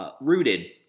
rooted